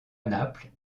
naples